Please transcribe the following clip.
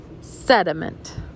sediment